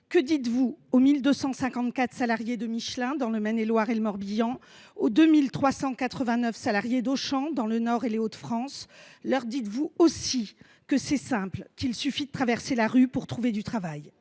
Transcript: Que dites vous aux 1 254 salariés de Michelin en Maine et Loire et dans le Morbihan et aux 2 389 salariés d’Auchan dans les Hauts de France ? Leur dites vous, à eux aussi, que c’est simple, qu’il suffit de traverser la rue pour trouver du travail ?